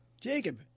Jacob